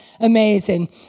amazing